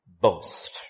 boast